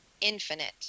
infinite